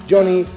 Johnny